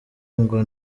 ngo